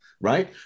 right